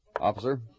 Officer